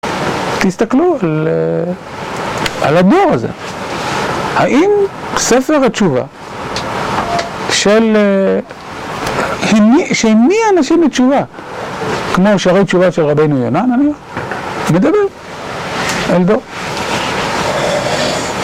תסתכלו על הדור הזה. האם ספר התשובה של... שעם מי אנשים לתשובה כמו שהרי תשובה של רבינו ינן נגיד, אני מדבר. אין דור.